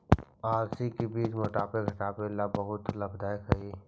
अलसी का बीज मोटापा घटावे ला बहुत लाभदायक हई